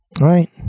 Right